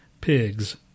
Pigs